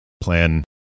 Plan